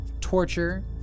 torture